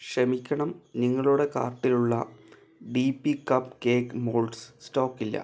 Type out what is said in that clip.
ക്ഷമിക്കണം നിങ്ങളുടെ കാർട്ടിലുള്ള D P cupcake moulds സ്റ്റോക്കില്ല